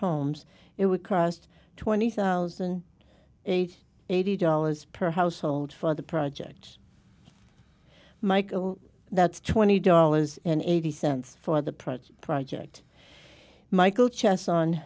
homes it would cost twenty thousand eight eighty dollars per household for the project michael that's twenty dollars and eighty cents for the project project michael chess